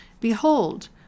behold